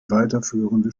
weiterführende